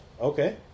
Okay